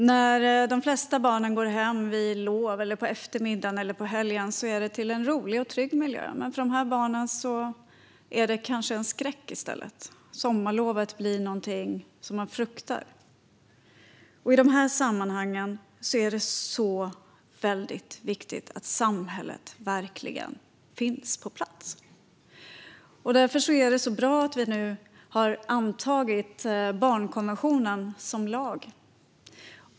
När de flesta barn går hem på eftermiddagen, till helgen eller vid lov kommer de till en rolig och trygg miljö. Men för andra barn är det en skräck. Sommarlovet blir något de fruktar. I dessa sammanhang är det viktigt att samhället verkligen finns på plats. Därför är det bra att vi har antagit barnkonventionen som lag.